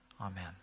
Amen